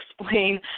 explain